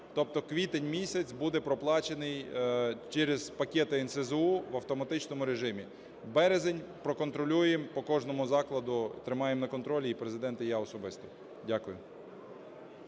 Тобто квітень місяць буде проплачений через пакет НСЗУ в автоматичному режимі. Березень проконтролюємо по кожному закладу і тримаємо на контролі, і Президент, і я особисто. Дякую.